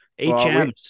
HMs